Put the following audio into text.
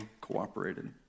cooperated